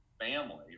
family